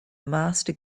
master